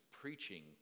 preaching